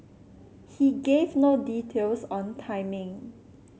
he gave no details on timing